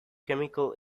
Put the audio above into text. chemical